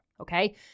okay